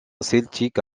celtique